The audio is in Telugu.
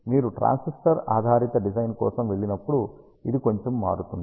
మీరు ట్రాన్సిస్టర్ ఆధారిత డిజైన్ కోసం వెళ్ళినప్పుడు ఇది కొంచెము మారుతుంది